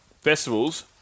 festivals